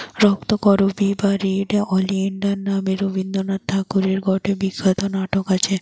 রক্তকরবী বা red oleander নামে রবীন্দ্রনাথ ঠাকুরের গটে বিখ্যাত নাটক আছে